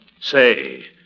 Say